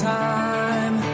time